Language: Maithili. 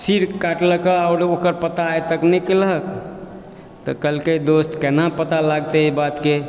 सिर कटलकौ आ ओकर पता आइ तक नहि केलहक तऽ कहलकै दोस्त केना पता लागतै ई बातके